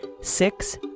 six